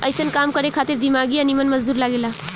अइसन काम करे खातिर दिमागी आ निमन मजदूर लागे ला